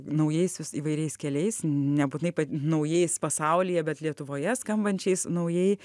naujais vis įvairiais keliais nebūtinai naujais pasaulyje bet lietuvoje skambančiais naujai